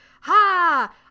ha